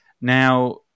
Now